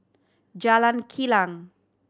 Jalan Kilang